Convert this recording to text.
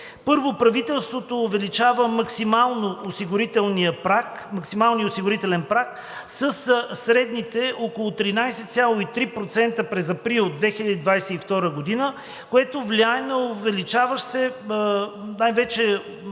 Първо, правителството увеличава максималния осигурителен праг със средните около 13,3% през април 2022 г., което влияе на увеличаващ се… най-вече